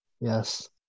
Yes